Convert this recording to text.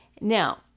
Now